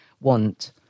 want